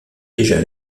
déjà